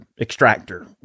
extractor